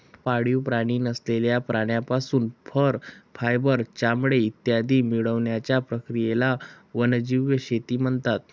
पाळीव प्राणी नसलेल्या प्राण्यांपासून फर, फायबर, चामडे इत्यादी मिळवण्याच्या प्रक्रियेला वन्यजीव शेती म्हणतात